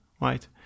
right